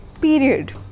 period